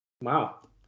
Wow